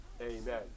Amen